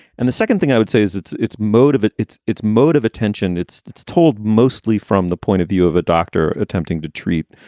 and the second thing i would say is its its mode of it. its its mode of attention. it's told mostly from the point of view of a doctor attempting to treat,